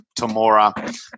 Tamora